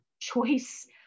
choice